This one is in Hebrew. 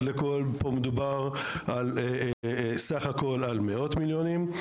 פה מדובר בסך הכול על מאות מיליונים.